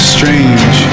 Strange